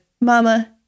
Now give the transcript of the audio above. mama